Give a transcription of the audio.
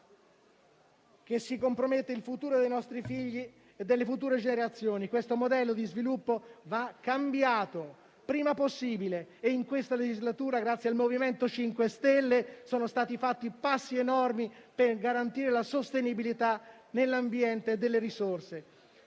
che si compromette il futuro dei nostri figli e delle future generazioni. Questo modello di sviluppo va cambiato il prima possibile. In questa legislatura, grazie al MoVimento 5 stelle, sono stati fatti passi enormi per garantire la sostenibilità dell'ambiente e delle risorse.